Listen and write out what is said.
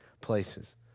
places